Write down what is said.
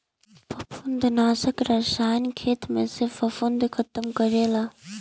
फंफूदनाशक रसायन खेत में से फंफूद खतम करेला